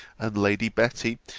and lady betty,